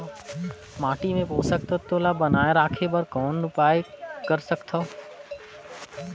माटी मे पोषक तत्व ल बनाय राखे बर कौन उपाय कर सकथव?